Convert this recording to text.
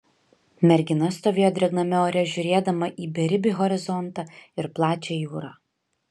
mergina stovėjo drėgname ore žiūrėdama į beribį horizontą ir plačią jūrą